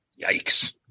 yikes